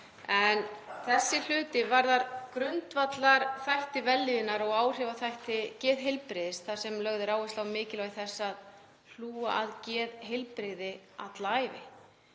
Þessi hluti varðar grundvallarþætti vellíðunar og áhrifaþætti geðheilbrigðis þar sem lögð er áhersla á mikilvægi þess að hlúa að geðheilbrigði alla ævi.